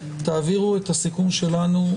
תעבירו את הסיכום שלנו.